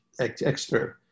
extra